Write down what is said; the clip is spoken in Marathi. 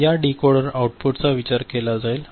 या डीकोडर आउटपुटचा विचार केला जाईल